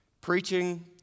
Preaching